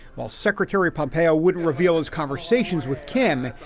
while secretary pompeo wouldn't reveal his conversations with kim,